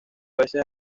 veces